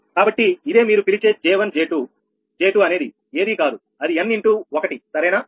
కాబట్టి ఇదే మీరు పిలిచే J1 J2 J2 అనేది ఏదీ కాదు అది n ఇంటూ 1 సరేనా